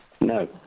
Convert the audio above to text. No